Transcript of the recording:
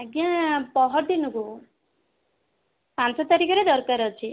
ଆଜ୍ଞା ପଅରଦିନକୁ ପାଞ୍ଚ ତାରିଖରେ ଦରକାର ଅଛି